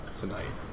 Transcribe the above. tonight